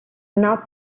not